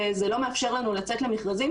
וזה לא מאפשר לנו לצאת למכרזים